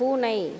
பூனை